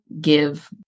give